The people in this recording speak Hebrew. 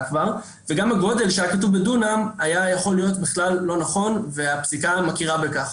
וגם הגודל לדונם היה יכול להיות לא נכון והפסיקה מכירה בכך.